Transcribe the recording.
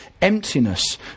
emptiness